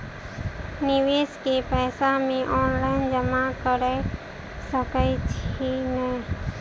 निवेश केँ पैसा मे ऑनलाइन जमा कैर सकै छी नै?